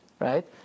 Right